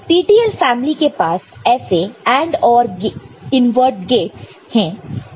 TTL family के पास ऐसे AND OR इनवर्ट गेटस है